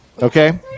Okay